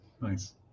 nice